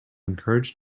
encouraged